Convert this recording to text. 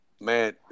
man